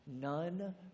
None